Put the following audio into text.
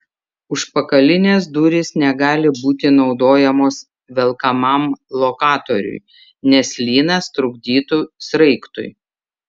užpakalinės durys negali būti naudojamos velkamam lokatoriui nes lynas trukdytų sraigtui